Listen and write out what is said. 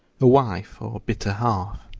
a wife, or bitter half.